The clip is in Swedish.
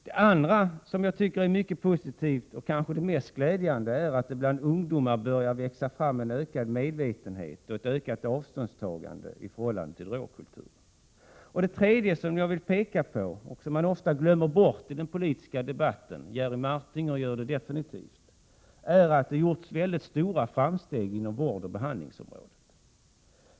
Det andra som jag tycker är mycket positivt, och kanske det mest glädjande, är att det bland ungdomar börjar växa fram en ökad medvetenhet om och ett ökat avståndstagande gentemot drogkulturen. Det tredje som jag vill peka på och som man ofta glömmer bort i den politiska debatten — Jerry Martinger gör det definitivt — är att det gjorts stora framsteg inom vårdoch behandlingsområdet.